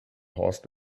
horst